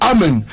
Amen